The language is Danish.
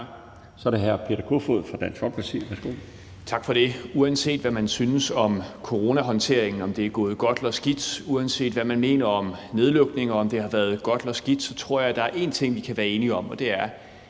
Så er det hr. Peter Kofod fra Dansk Folkeparti. Værsgo. Kl. 15:06 Peter Kofod (DF): Tak for det. Uanset hvad man synes om coronahåndteringen – om det er gået godt eller skidt – og uanset hvad man mener om nedlukninger, om det har været godt eller skidt, så tror jeg, at der er én ting, vi kan være enige om, og det er,